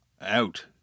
out